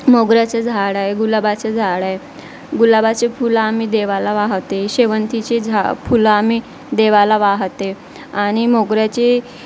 मोगऱ्याचे झाड आहे गुलाबाचे झाड आहे गुलाबाचे फुलं आम्ही देवाला वाहते शेवंतीचे झा फुलं आम्ही देवाला वाहते आणि मोगऱ्याचे